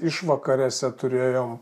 išvakarėse turėjom